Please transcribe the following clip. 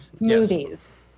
movies